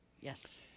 Yes